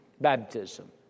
Baptism